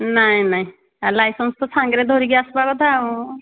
ନାଇଁ ନାଇଁ ଆ ଲାଇସେନ୍ସ ତ ସାଙ୍ଗରେ ଧରିକି ଆସିବା କଥା ଆଉ